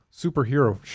superhero